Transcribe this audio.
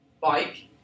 Bike